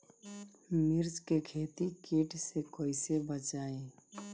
मिर्च के खेती कीट से कइसे बचाई?